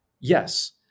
Yes